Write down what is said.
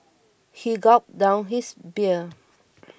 he gulped down his beer